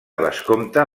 vescomte